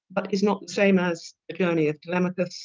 but is not the same as, the journey of telemachus